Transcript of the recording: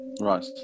Right